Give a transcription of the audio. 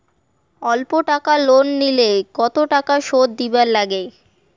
অল্প টাকা লোন নিলে কতো টাকা শুধ দিবার লাগে?